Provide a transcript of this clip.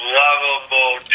lovable